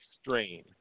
strain